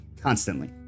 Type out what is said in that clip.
constantly